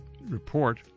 report